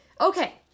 Okay